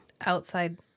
outside